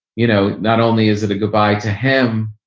you know, not only is it a goodbye to him,